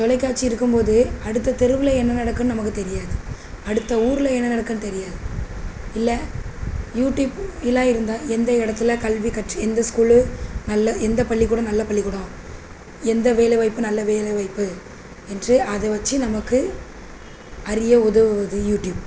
தொலைக்காட்சி இருக்கும்போது அடுத்த தெருவில் என்ன நடக்கும்னு நமக்கு தெரியாது அடுத்த ஊரில் என்ன நடக்கும்னு தெரியாது இல்லை யூடியூப் இதெலாம் இருந்தால் எந்த இடத்துல கல்வி கற்று எந்த ஸ்கூலு நல்ல எந்த பள்ளிக்கூடம் நல்ல பள்ளிக்கூடம் எந்த வேலைவாய்ப்பு நல்ல வேலைவாய்ப்பு என்று அதை வச்சு நமக்கு அறிய உதவுவது யூடியூப்